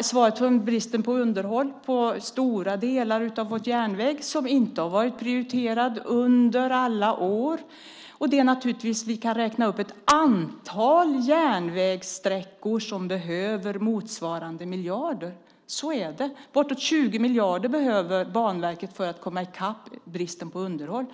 svaret på bristen på underhåll av stora delar av vår järnväg som inte har varit prioriterad under alla år. Vi kan räkna ett antal järnvägssträckor som behöver motsvarande miljarder. Så är det. Banverket behöver bortåt 20 miljarder för att komma i kapp bristen på underhåll.